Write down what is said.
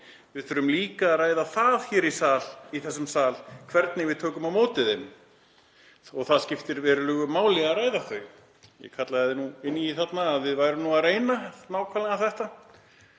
við þurfum líka að ræða það hér í þessum sal hvernig við tökum á móti þeim. Og það skiptir verulegu máli að ræða þau mál.“ Ég kallaði inn í þarna að við værum nú að reyna nákvæmlega þetta.